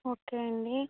okay అండి